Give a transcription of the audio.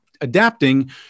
adapting